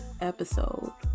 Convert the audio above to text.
episode